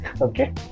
Okay